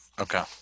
Okay